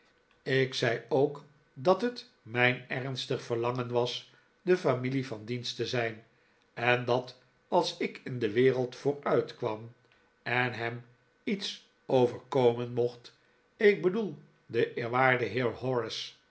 ik zei ook dat het mijn ernstige verlangen was de familie van dienst te zijn en dat als ik in de wereld vooruitkwam en hem iets overkomen mocht ik bedoel den eerwaarden heer horace